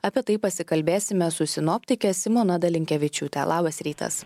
apie tai pasikalbėsime su sinoptike simona dalinkevičiūtė labas rytas